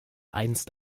einst